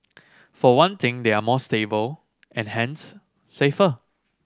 for one thing they are more stable and hence safer